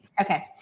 Okay